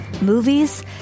movies